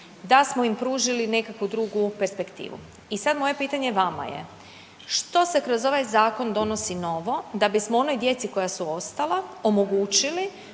da smo im pružili nekakvu drugu perspektivu. I sad moje pitanje vama je što se kroz ovaj zakon donosi novo da bismo onoj djeci koja su ostala omogućili